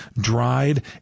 dried